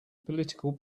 political